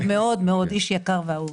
איש יקר ואהוב.